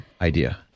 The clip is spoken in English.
idea